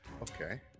okay